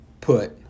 put